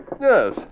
Yes